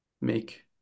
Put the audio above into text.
make